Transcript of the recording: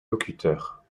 locuteurs